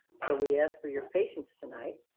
so we ask for your patience tonight,